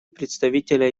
представителя